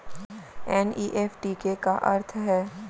NEFT के का अर्थ है?